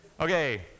okay